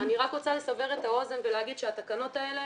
אני רוצה לסבר את האוזן ולומר שהתקנות האלה